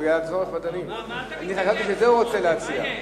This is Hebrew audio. מה קרה?